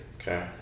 Okay